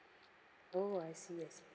oh I see I see